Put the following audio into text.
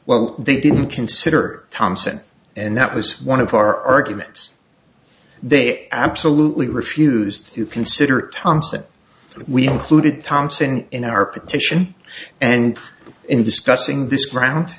well they didn't consider thompson and that was one of our arguments they absolutely refused to consider thomson we included thompson in our petition and in discussing this ground